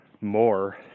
more